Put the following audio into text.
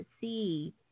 see